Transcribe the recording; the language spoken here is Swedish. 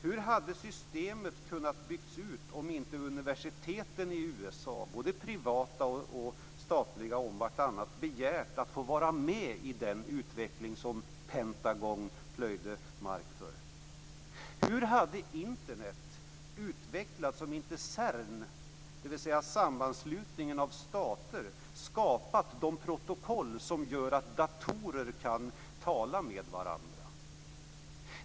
Hur hade systemet kunnat byggas ut om inte universiteten i USA, både privata och statliga om vartannat, hade begärt att få vara med i den utveckling som Pentagon plöjde mark för? Hur hade Internet utvecklats om inte CERN, dvs. sammanslutningen av stater, skapat de protokoll som gör att datorer kan tala med varandra?